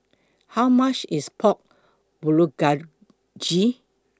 How much IS Pork Bulgogi